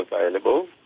available